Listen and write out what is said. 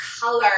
color